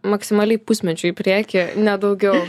maksimaliai pusmečiui į priekį ne daugiau